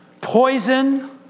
poison